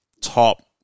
top